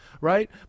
right